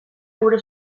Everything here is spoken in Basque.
gure